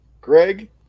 Greg